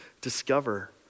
discover